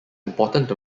important